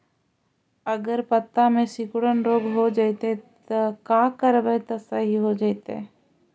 अगर पत्ता में सिकुड़न रोग हो जैतै त का करबै त सहि हो जैतै?